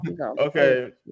Okay